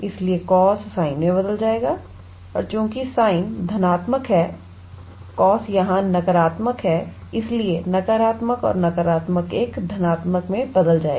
इसलिए cos sin में बदल जाएगा और चूँकि sin धनात्मक है cos यहाँ नकारात्मक है इसलिए नकारात्मक और नकारात्मक एक धनात्मक में बदल जाएगा